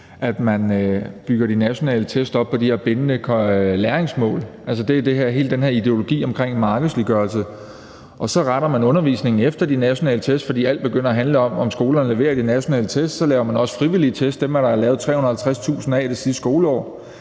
at man bygger de nationale test op på de her bindende læringsmål, altså hele den her ideologi omkring markedsliggørelse, og så retter man undervisningen efter de nationale test, fordi alt begynder at handle om, om skolerne leverer på de nationale test. Så laver man også frivillige test, og dem er der lavet 350.000 af det sidste skoleår.